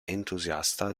entusiasta